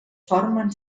formen